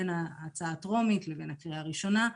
בין ההצעה הטרומית לבין הקריאה הראשונה,